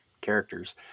characters